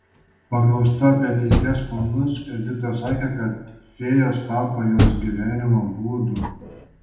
paklausta apie ateities planus edita sakė kad fėjos tapo jos gyvenimo būdu